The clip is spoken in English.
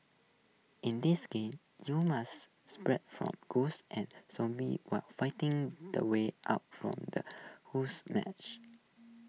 in this game you must from ghosts and zombies while finding the way out from the whose match